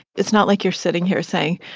it's not like you're sitting here saying,